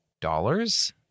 dollars